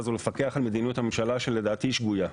הזו לפקח על מדיניות הממשלה שלדעתי הוא שגויה.